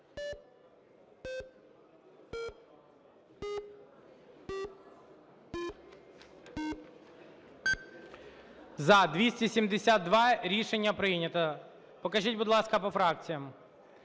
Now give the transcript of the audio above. За-272 Рішення прийнято. Покажіть, будь ласка, по фракціях: